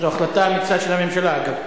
זו החלטה אמיצה של הממשלה, אגב.